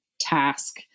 task